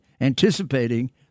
anticipating